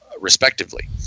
respectively